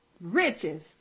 riches